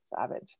savage